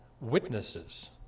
witnesses